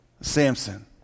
Samson